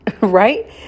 right